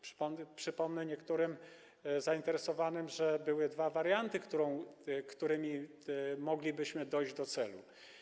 Przypomnę niektórym zainteresowanym, że były dwa warianty, zgodnie z którymi moglibyśmy dojść do celu.